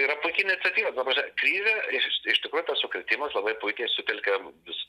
yra puiki iniciatyva ta prasme kai yra iš iš tikrųjų tas supratimas labai puikiai sutelkia vis